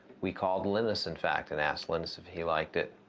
we called linus in fact and asked linus if he liked it.